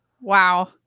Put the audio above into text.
Wow